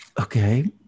okay